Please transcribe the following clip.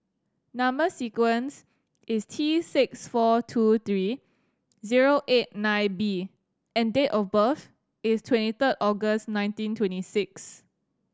number sequence is T six four two three zero eight nine B and date of birth is twenty third August nineteen twenty six